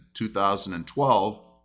2012